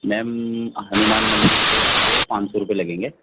میم ہنومان مندر کے آپ کو پانچ سو روپئے لگیں گے